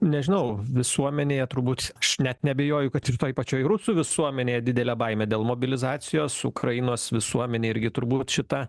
nežinau visuomenėje turbūt aš net neabejoju kad ir toj pačioj rusų visuomenėje didelė baimė dėl mobilizacijos ukrainos visuomenė irgi turbūt šita